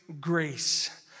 grace